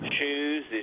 shoes